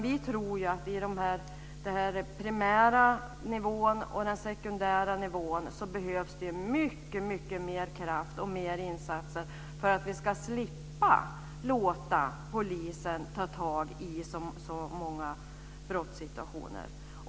Vi tror att det på den primära nivån och den sekundära nivån behövs mycket mer kraft och mer insatser för att vi ska slippa att låta polisen ta tag i så många brottssituationer.